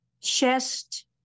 chest